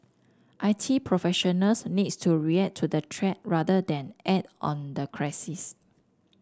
I T professionals needs to react to the threat rather than act on the crisis